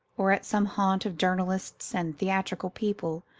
or at some haunt of journalists and theatrical people,